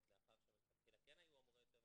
לאחר שמלכתחילה כן היו אמורות להיות מצלמות,